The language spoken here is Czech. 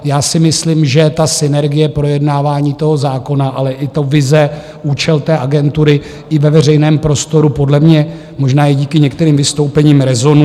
Já si myslím, že synergie projednávání toho zákona, ale i vize, účel agentury i ve veřejném prostoru podle mě možná i díky některým vystoupením rezonují.